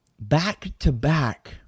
back-to-back